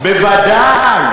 בוודאי.